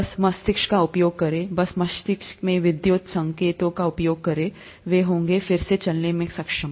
बस मस्तिष्क का उपयोग करके बस मस्तिष्क में विद्युत संकेतों का उपयोग करके वे होंगे फिर से चलने में सक्षम